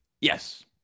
Yes